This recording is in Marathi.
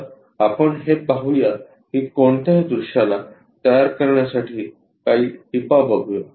तर आपण हे पाहूया की कोणत्याही दृश्याला तयार करण्यासाठी काही टिपा बघूया